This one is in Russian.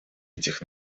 этих